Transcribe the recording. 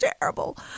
terrible